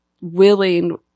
willing